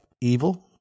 evil